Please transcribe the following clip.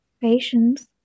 Patience